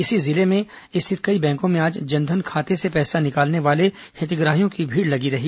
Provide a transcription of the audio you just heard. इसी जिले में स्थित कई बैंकों में आज जन धन खाते से पैसा निकालने वाले हितग्राहियों की भीड़ लगी रही